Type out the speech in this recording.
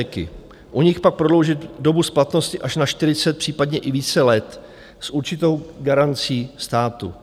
U nich pak prodloužit dobu splatnosti až na čtyřicet, případně i více let s určitou garancí státu.